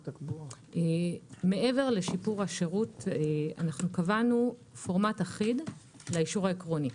מעבר לשיפור השירות קבענו פורמט אחיד לאישור העקרוני.